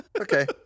Okay